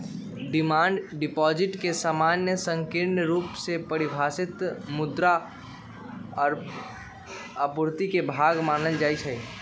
demand deposit के सामान्य संकीर्ण रुप से परिभाषित मुद्रा आपूर्ति के भाग मानल जाइ छै